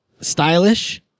stylish